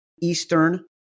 Eastern